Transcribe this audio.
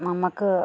നമുക്ക്